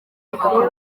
bikorwa